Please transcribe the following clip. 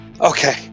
okay